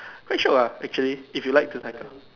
quite short what actually if you like to cycle